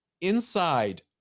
inside